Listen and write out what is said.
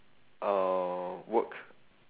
uh work